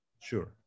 sure